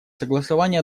согласования